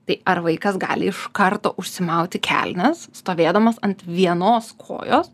tai ar vaikas gali iš karto užsimauti kelnes stovėdamas ant vienos kojos